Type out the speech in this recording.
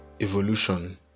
evolution